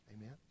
Amen